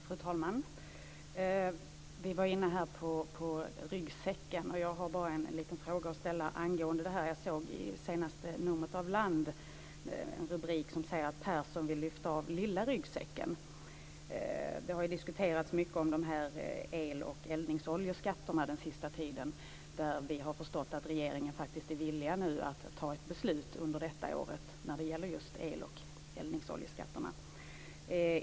Fru talman! Vi var här inne på frågan om ryggsäcken. Jag har en liten fråga att ställa angående den. Jag såg i senaste numret av Land rubriken Persson vill lyfta av lilla ryggsäcken. Det har den senaste tiden diskuterats mycket om el och oljeeldningsskatter. Där har vi förstått att regeringen nu är villig att fatta ett beslut under detta år om just el och oljeeldningsskatterna.